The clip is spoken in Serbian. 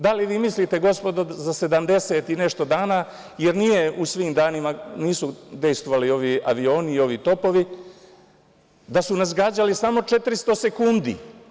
Da li vi mislite, gospodo, za sedamdeset i nešto dana, jer nisu u svim danima dejstvovali ovi avioni i ovi topovi, da su nas gađali samo 400 sekundi?